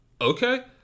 Okay